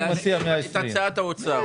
אני מציע 120. לקבל את הצעת האוצר.